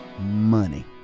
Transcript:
money